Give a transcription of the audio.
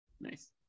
Nice